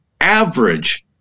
average